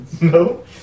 No